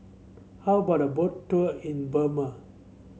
how about a Boat Tour in Burma